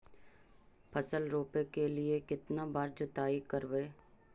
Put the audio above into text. फसल रोप के लिय कितना बार जोतई करबय?